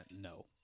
no